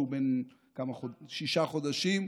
שהוא בן שישה חודשים,